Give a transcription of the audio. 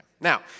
Now